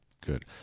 good